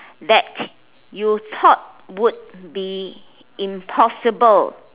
that you thought would be impossible